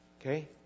Okay